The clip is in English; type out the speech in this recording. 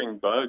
bug